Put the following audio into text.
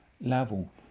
level